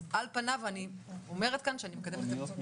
על פניו אני אומרת כאן שאני מקדמת את הנושא.